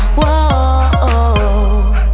whoa